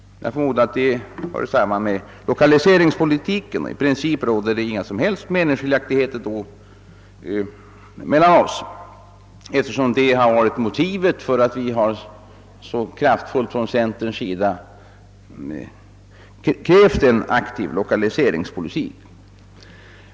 Jag förmodar att detta hör samman med lokaliseringspolitiken, och i princip råder det då inga som helst meningsskiljaktigheter mellan oss, eftersom detta varit anledningen till att centern så kraftfullt krävt en aktiv lokaliseringspolitik.